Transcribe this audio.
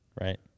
right